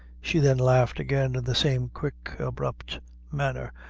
she then laughed again in the same quick, abrupt manner,